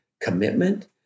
commitment